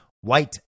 white